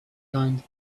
kind